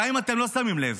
גם אם אתם לא שמים לב,